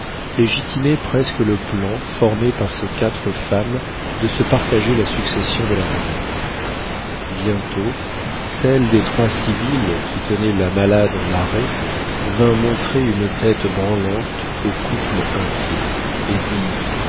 légitimait presque le plan formé par ces quatre femmes de se partager la succession de la mourante bientôt celle des trois sibylles qui tenait la malade en arrêt vint montrer une tête branlante au couple inquiet et dit